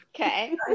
Okay